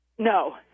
No